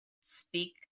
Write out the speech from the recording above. speak